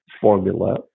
formula